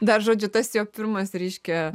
dar žodžiu tas jo pirmas reiškia